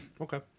Okay